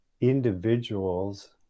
individuals